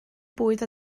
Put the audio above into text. bwyd